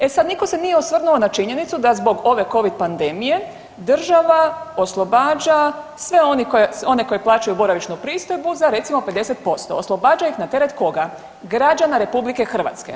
E sad nitko se nije osvrnuo na činjenicu da zbog ove covid pandemije država oslobađa sve one koji plaćaju boravišnu pristojbu za recimo 50%, oslobađa ih na teret koga, građana RH.